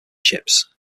chips